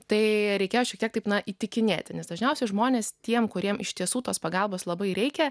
tai reikėjo šiek tiek taip na įtikinėti nes dažniausiai žmonės tiems kuriems iš tiesų tos pagalbos labai reikia